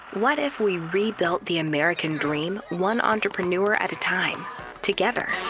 what if we rebuilt the american dream one entrepreneur at a time together?